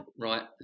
right